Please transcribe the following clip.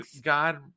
God